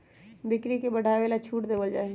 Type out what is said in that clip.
बिक्री के बढ़ावे ला छूट देवल जाहई